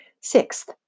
Sixth